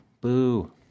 Boo